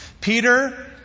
Peter